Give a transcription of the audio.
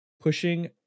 Pushing